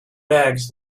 bags